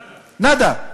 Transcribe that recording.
נאדה.